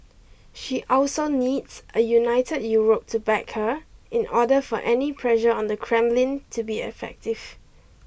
she also needs a united Europe to back her in order for any pressure on the Kremlin to be effective